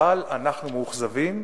אבל אנחנו מאוכזבים.